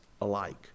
alike